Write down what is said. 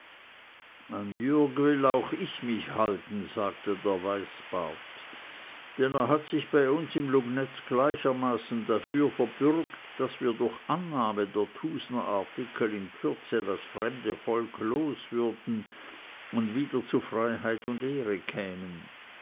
will ich mich auch halten sagte der weißbart denn er hat sich bei uns im lugnetz gleichermaßen dafür verbürgt daß wir durch annahme der thusnerartikel in kürze das fremde volk loswürden und wieder zu freiheit und ehre kämen